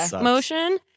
Motion